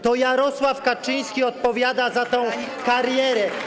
To Jarosław Kaczyński odpowiada za tę karierę.